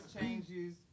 changes